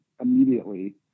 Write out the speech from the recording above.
immediately